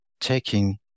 taking